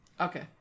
Okay